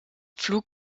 flug